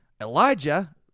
Elijah